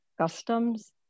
customs